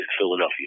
Philadelphia